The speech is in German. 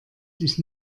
dich